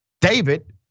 David